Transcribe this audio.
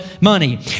money